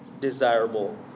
desirable